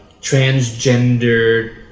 transgender